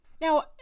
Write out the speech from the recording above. Now